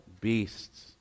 beasts